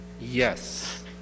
Yes